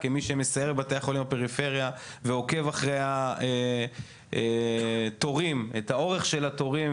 כמי שמסייר בבתי החולים בפריפריה ועוקב אחרי התורים והאורך של התורים,